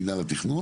של מינהל התכנון,